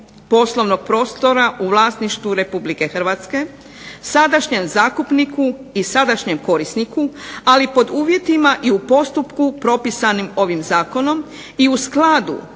poslovnog prostora u vlasništvu RH, sadašnjem zakupniku i sadašnjem korisniku ali pod uvjetima i postupku propisanim ovim zakonom i u skladu